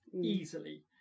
easily